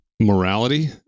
morality